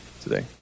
today